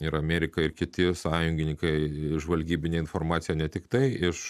ir amerika ir kiti sąjungininkai žvalgybinę informaciją ne tiktai iš